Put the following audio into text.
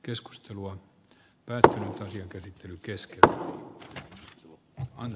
keskustelua nato asian käsittely keskikaa tuo aina